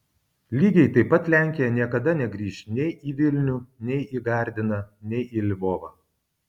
lygiai taip pat lenkija niekada negrįš nei į vilnių nei į gardiną nei į lvovą